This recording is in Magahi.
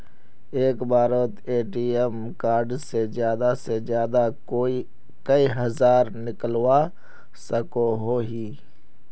एक बारोत ए.टी.एम कार्ड से ज्यादा से ज्यादा कई हजार निकलवा सकोहो ही?